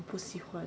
不喜欢